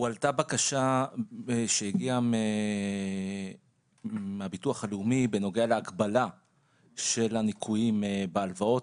הועלתה בקשה שהגיעה מהביטוח הלאומי בנוגע להקבלה של הניכויים בהלוואות,